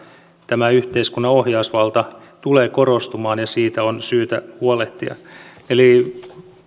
tämä yhteiskunnan ohjausvalta tulee korostumaan ja siitä on syytä huolehtia